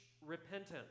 repentance